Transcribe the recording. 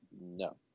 no